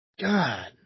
God